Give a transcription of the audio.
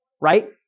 right